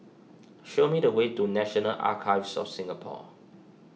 show me the way to National Archives of Singapore